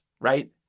right